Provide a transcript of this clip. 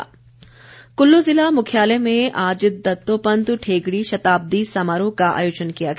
समारोह कुल्लू ज़िला मुख्यालय में आज दत्तोपंत ठेंगड़ी शताब्दी समारोह का आयोजन किया गया